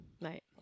Right